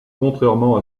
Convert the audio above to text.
contrairement